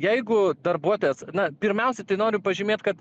jeigu darbuotojas na pirmiausia tai noriu pažymėt kad